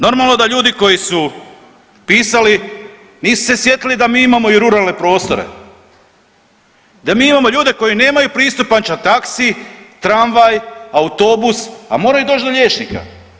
Normalno da ljudi koji su pisali nisu se sjetili da mi imamo i ruralne prostore, da mi imamo ljude koji nemaju pristupačan taxi, tramvaj, autobus, a moraju doći do liječnika.